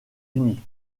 unis